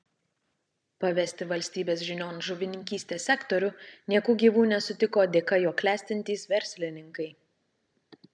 pavesti valstybės žinion žuvininkystės sektorių nieku gyvu nesutiko dėka jo klestintys verslininkai